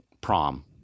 prom